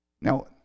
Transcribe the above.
Now